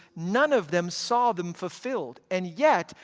none of them saw them fulfilled, and yet,